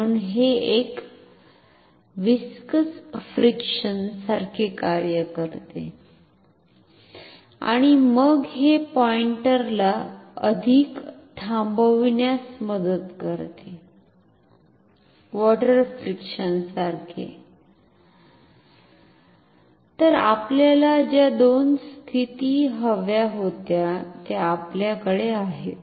म्हणून हे एक व्हिस्कस फ्रिक्शन सारखे कार्य करते आणि मग हे पॉईंटर ला आधिच थांबविण्यास मदत करते वॉटर फ्रिक्षण सारखे तर आपल्याला ज्या दोन स्थिती हव्या होत्या त्या आपल्याकडे आहेत